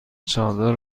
چادر